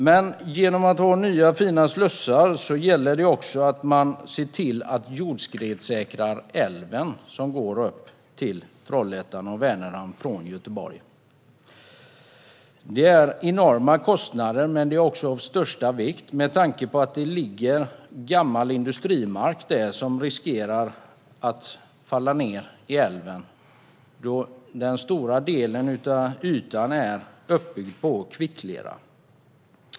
Har vi nya fina slussar gäller det också att se till att jordskredssäkra älven som går upp till Trollhättan och Vänerhamn från Göteborg. En sådan insats innebär enorma kostnader men är också av största vikt med tanke på att det längs älven ligger gammal industrimark som riskerar att glida ned i älven då stora delar av de här ytorna är byggda på kvicklera.